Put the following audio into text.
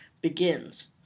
begins